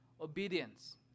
obedience